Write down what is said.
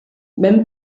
ben